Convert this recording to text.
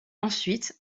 ensuite